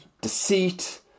Deceit